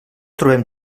trobem